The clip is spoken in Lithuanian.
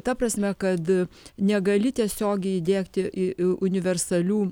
ta prasme kad negali tiesiogiai įdiegti universalių